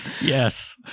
Yes